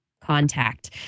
Contact